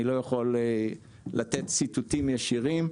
אני לא יכול לתת ציטוטים ישירים,